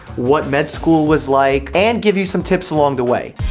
what med school was like, and give you some tips along the way.